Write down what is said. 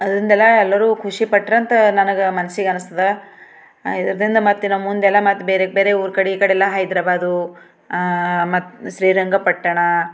ಅದ್ರಿಂದೆಲ್ಲ ಎಲ್ಲರು ಖುಷಿ ಪಟ್ರಂತ ನನಗ ಮನಸ್ಸಿಗನ್ನಿಸ್ತದ ಇದರಿಂದ ಮತ್ತೆ ನಮ್ಮ ಮುಂದೆಲ್ಲ ಬೇರೆ ಊರ್ಕಡೆ ಈ ಕಡೆ ಎಲ್ಲ ಹೈದರಾಬಾದ್ ಮತ್ತೆ ಶ್ರೀರಂಗಪಟ್ಟಣ